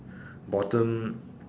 bottom